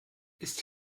ist